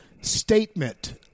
statement